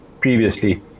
previously